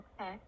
Okay